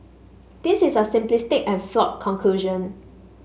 this is a simplistic and flawed conclusion